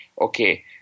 okay